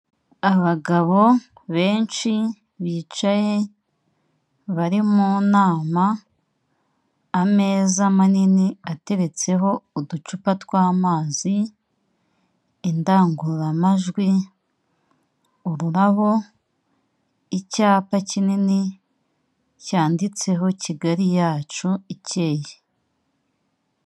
Abagabo benshi bicaye bari mu nama ameza manini ateretseho uducupa tw'amazi indangururamajwi ururabo icyapa kinini cyanditseho kigali yacu ikeye.